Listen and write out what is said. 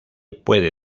puede